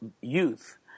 youth